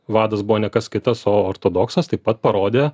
vadas buvo ne kas kitas o ortodoksas taip pat parodė